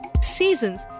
seasons